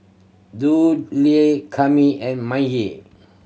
Dudley Kami and Maye